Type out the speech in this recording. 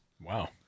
Wow